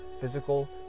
physical